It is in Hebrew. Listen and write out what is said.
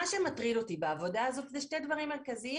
מה שמטריד אותי בעבודה הזו הם שני דברים מרכזיים,